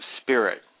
spirit